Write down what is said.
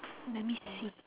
let me see